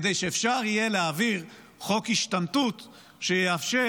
כדי שאפשר יהיה להעביר חוק השתמטות שיאפשר